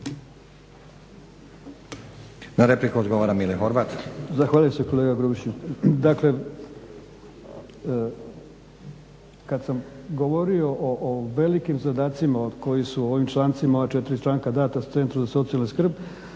Horvat. **Horvat, Mile (SDSS)** Zahvaljujem se kolega Grubišiću. Dakle kad sam govorio o velikim zadacima koji su u ovim člancima, ova četiri članka dana centru za socijalnu skrb